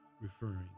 referring